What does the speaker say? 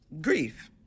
grief